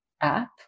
app